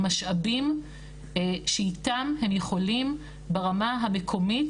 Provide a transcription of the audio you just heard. משאבים שאיתם הם יכולים ברמה המקומית